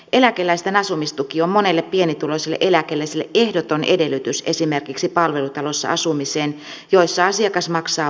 eläkeläisten asumistuki on monelle pienituloiselle eläkeläiselle ehdoton edellytys esimerkiksi palvelutalossa asumiselle jossa asiakas maksaa vuokraa asunnostaan